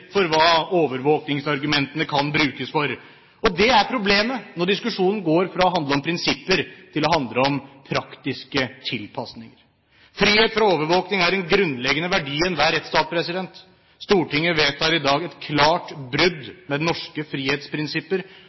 for hva overvåkingsargumentene kan brukes for. Det er problemet når diskusjonen går fra å handle om prinsipper til å handle om praktiske tilpasninger. Frihet fra overvåking er en grunnleggende verdi i enhver rettsstat. Stortinget vedtar i dag et klart brudd med norske frihetsprinsipper,